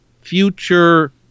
future